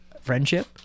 friendship